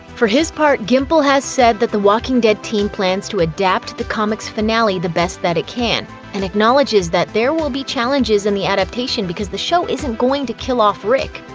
for his part, gimple has said that the walking dead team plans to adapt the comics' finale the best that it can, and acknowledges that there will be challenges in the adaptation because the show isn't going to kill off rick.